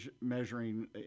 measuring